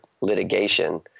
litigation